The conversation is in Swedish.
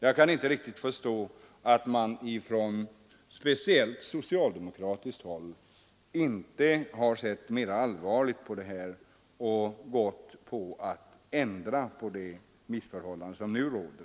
Jag kan inte riktigt förstå att man speciellt från socialdemokratiskt håll inte har sett mer allvarligt på detta och försökt ändra de missförhållanden som nu råder.